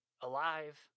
alive